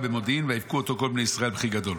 במודיעים ויבכו אותו כל בני ישראל בכי גדול.